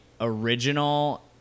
original